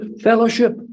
fellowship